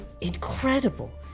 incredible